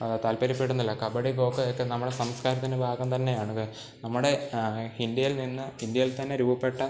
താല്പര്യപ്പെടുന്നില്ല കബഡി കോക്കോയൊക്കെ നമ്മളെ സംസ്കാരത്തിൻ്റെ ഭാഗം തന്നെയാണ് അത് നമ്മുടെ ഇൻഡ്യയിൽനിന്ന് ഇൻഡ്യയിൽ തന്നെ രൂപപ്പെട്ട